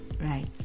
right